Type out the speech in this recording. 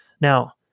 Now